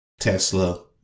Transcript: Tesla